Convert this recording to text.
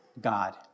God